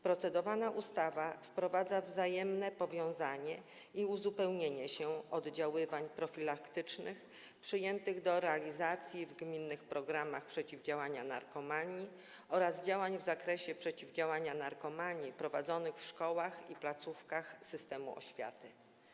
Procedowana ustawa wprowadza wzajemne powiązanie i uzupełnianie się oddziaływań profilaktycznych przyjętych do realizacji w gminnych programach przeciwdziałania narkomanii oraz działań w zakresie przeciwdziałania narkomanii prowadzonych w szkołach i placówkach systemu oświaty.